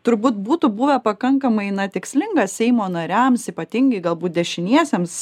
turbūt būtų buvę pakankamai na tikslinga seimo nariams ypatingai galbūt dešiniesiems